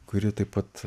kuri taip pat